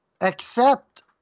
accept